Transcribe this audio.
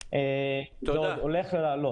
וזה עוד הולך לעלות.